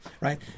right